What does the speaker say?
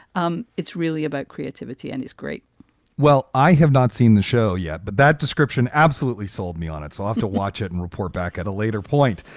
um it's really about creativity and it's great well, i have not seen the show yet, but that description absolutely sold me on it. so i have to watch it and report back at a later point.